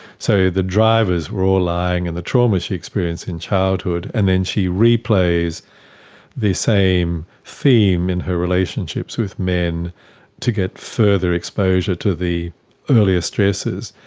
so the drivers were all lying in and the trauma she experienced in childhood, and then she replays the same theme in her relationships with men to get further exposure to the earlier stressors,